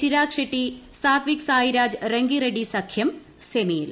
Chirag Shetty Satwik Sairaj Rankireddy സഖ്യം സെമിയിൽ